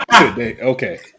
Okay